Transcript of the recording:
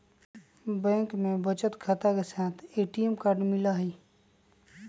bank में बचत खाता के साथ ए.टी.एम कार्ड मिला हई